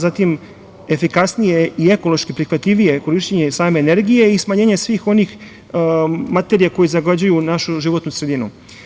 Zatim, efikasnije i ekološki prihvatljivije korišćenje same energije i smanjenje svih onih materija koje zagađuju našu životnu sredinu.